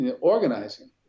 organizing